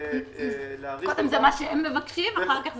להאריך בחודשים